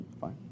fine